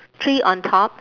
three on top